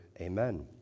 Amen